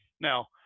Now